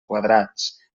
quadrats